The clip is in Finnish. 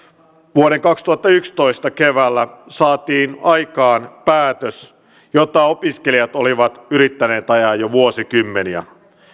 vuoden kaksituhattayksitoista keväällä saatiin aikaan päätös jota opiskelijat olivat yrittäneet ajaa jo vuosikymmeniä